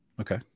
Okay